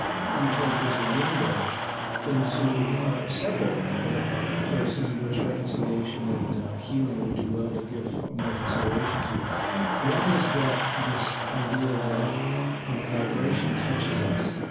we think, is a window into several ah places in which reconciliation and healing would do well to give more consideration to right one is that this idea that vibration touches us,